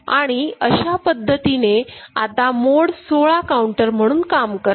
आणि अशा पद्धतीने हा आता मोड 16 काऊंटर म्हणून काम करेल